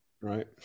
right